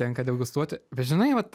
tenka degustuoti bet žinai vat